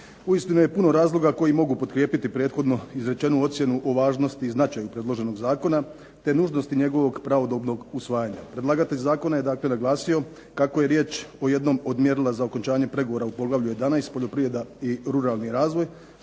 Uistinu je puno razloga koji mogu potkrijepiti prethodno izrečenu ocjenu o važnosti i značaju predloženog Zakona te nužnosti njegovog pravodobnog usvajanja. Predlagatelj Zakona je naglasio kako je riječ o jednom od mjerila za okončanje pregovora u poglavlju 11. Poljoprivreda i ruralni razvoj